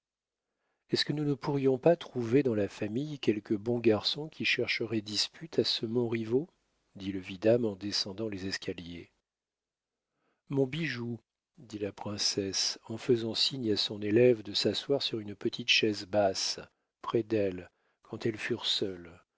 est-ce que nous ne pourrions pas trouver dans la famille quelque bon garçon qui chercherait dispute à ce montriveau dit le vidame en descendant les escaliers mon bijou dit la princesse en faisant signe à son élève de s'asseoir sur une petite chaise basse près d'elle quand elles furent seules